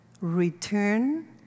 return